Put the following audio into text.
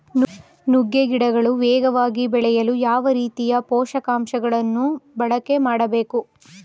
ನುಗ್ಗೆ ಗಿಡಗಳು ವೇಗವಾಗಿ ಬೆಳೆಯಲು ಯಾವ ರೀತಿಯ ಪೋಷಕಾಂಶಗಳನ್ನು ಬಳಕೆ ಮಾಡಬೇಕು?